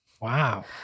Wow